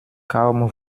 kaum